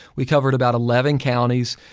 we covered about eleven counties.